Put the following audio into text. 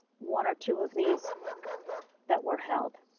one or two of these that were held.